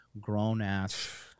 grown-ass